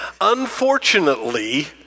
Unfortunately